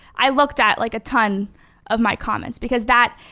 i looked at like a ton of my comments because that,